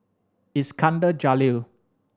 Iskandar Jalil